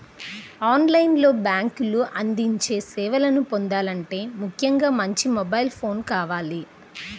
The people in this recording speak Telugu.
ఆన్ లైన్ లో బ్యేంకులు అందించే సేవలను పొందాలంటే ముఖ్యంగా మంచి మొబైల్ ఫోన్ కావాలి